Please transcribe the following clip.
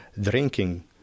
drinking